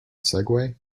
segway